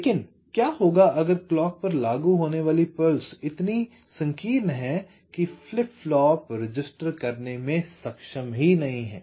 लेकिन क्या होगा अगर क्लॉक पर लागू होने वाली पल्स इतनी संकीर्ण है कि फ्लिप फ्लॉप रजिस्टर करने में सक्षम नहीं है